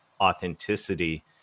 authenticity